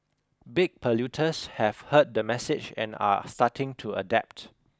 big polluters have heard the message and are starting to adapt